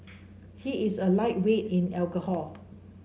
he is a lightweight in alcohol